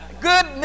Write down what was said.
Good